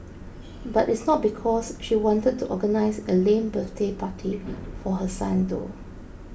but it's not because she wanted to organise a lame birthday party for her son though